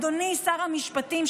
אדוני שר המשפטים,